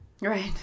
Right